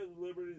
liberty